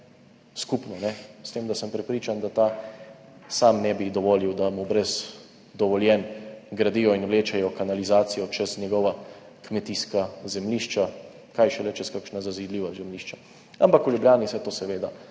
skupno, s tem, da sem prepričan, da ta sam ne bi dovolil, da mu brez dovoljenj gradijo in vlečejo kanalizacijo čez njegova kmetijska zemljišča, kaj šele čez kakšna zazidljiva zemljišča, ampak v Ljubljani se to seveda